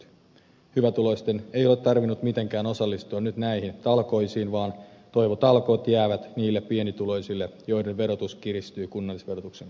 hyvätuloisten ei ole tarvinnut mitenkään osallistua nyt näihin talkoisiin vaan toivotalkoot jäävät niille pienituloisille joiden verotus kiristyy kunnallisverotuksen kautta